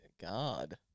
God